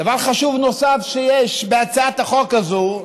דבר חשוב נוסף שיש בהצעת החוק הזו,